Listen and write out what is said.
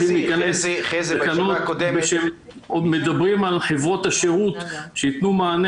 חזי ---- עוד מדברים על חברות השירות שיתנו מענה